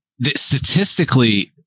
statistically